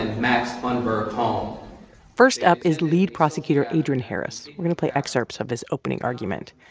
max funderburke home first up is lead prosecutor adren harris. we're going to play excerpts of his opening argument.